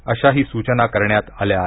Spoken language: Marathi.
अशाही सूचना करण्यात आल्या आहेत